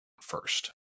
first